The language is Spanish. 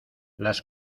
las